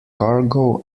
cargo